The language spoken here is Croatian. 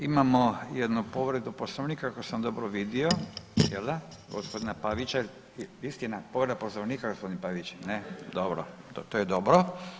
Imamo jednu povredu Poslovnika, ako sam dobro vidio, jel da, gospodina Pavića, istina povreda Poslovnika gospodin Pavić, ne, dobro, to je dobro.